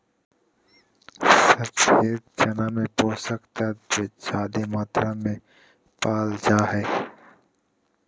सफ़ेद चना में पोषक तत्व ज्यादे मात्रा में पाल जा हइ